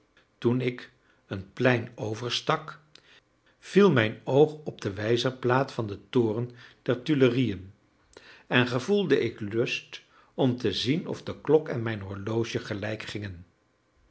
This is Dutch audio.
toen ik een plein overstak viel mijn oog op de wijzerplaat van den toren der tuileriën en gevoelde ik lust om te zien of de klok en mijn horloge gelijk gingen